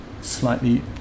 slightly